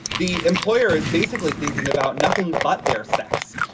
the employer is basically thinking about nothing but their sex.